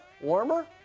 Warmer